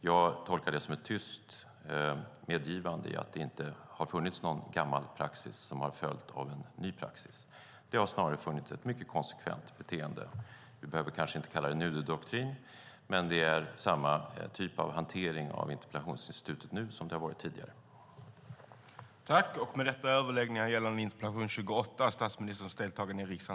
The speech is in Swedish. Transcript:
Jag tolkar det som ett tyst medgivande att det inte har funnits någon gammal praxis som har följts av en ny praxis. Det har snarare funnits ett mycket konsekvent beteende. Vi behöver kanske inte kalla det en Nuderdoktrin, men det är samma typ av hantering av interpellationsinstitutet nu som det har varit tidigare.